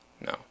No